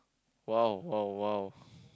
!wow! !wow! !wow!